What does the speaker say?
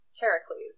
Heracles